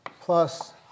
plus